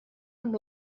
amb